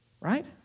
right